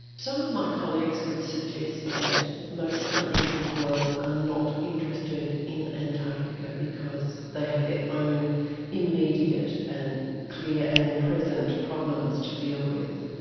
some of my colleagues would suggest that most countries of the world are not interested in antarctica because they have their own immediate and clear and present problems to deal with,